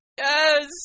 Yes